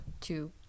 two